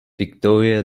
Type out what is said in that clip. victoria